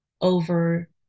over